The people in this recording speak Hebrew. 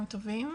טובים,